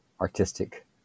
artistic